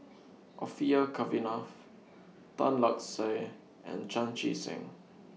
Orfeur Cavenagh Tan Lark Sye and Chan Chee Seng